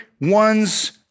one's